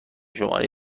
شماری